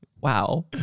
Wow